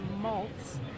malts